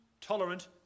tolerant